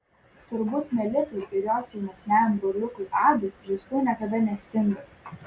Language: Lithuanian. turbūt melitai ir jos jaunesniajam broliukui adui žaislų niekada nestinga